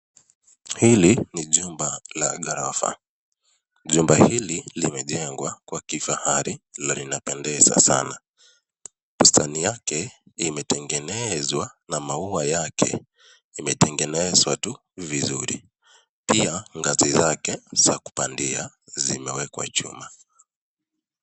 Hili ni jumba la ghorofa. Jumba hili limejengwa kwa kifahari na linapendeza sana. Bustani yake imetengenezwa, na maua yake imetengenezwa tu vizuri, pia ngazi zake za kupandia, zimewekwa chuma.